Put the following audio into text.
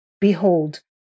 Behold